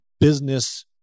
business